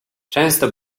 często